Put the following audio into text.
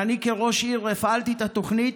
אני כראש עיר הפעלתי את התוכנית.